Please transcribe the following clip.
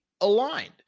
aligned